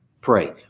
pray